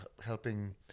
helping